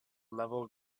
level